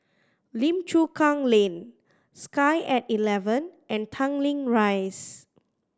Lim Chu Kang Lane Sky At Eleven and Tanglin Rise